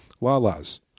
Lala's